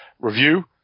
review